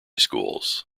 schools